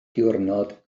diwrnod